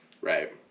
Right